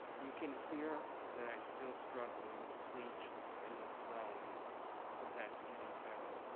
you can hear that i still struggle um with speech and when swallowing but that's getting better.